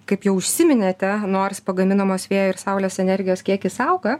kaip jau užsiminėte nors pagaminamos vėjo ir saulės energijos kiekis auga